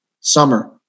summer